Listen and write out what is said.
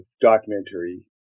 documentary